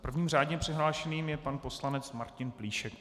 Prvním řádně přihlášeným je pan poslanec Martin Plíšek.